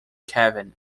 kevin